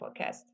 podcast